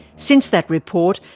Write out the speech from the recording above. since that report,